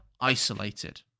isolated